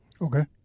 Okay